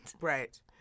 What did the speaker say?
right